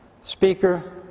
speaker